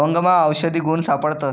लवंगमा आवषधी गुण सापडतस